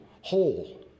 whole